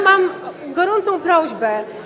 Mam gorącą prośbę.